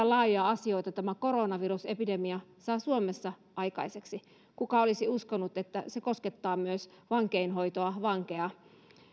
laajoja asioita todellakin tämä koronavirusepidemia saa suomessa aikaiseksi kuka olisi uskonut että se koskettaa myös vankeinhoitoa vankeja